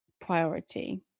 priority